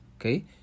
okay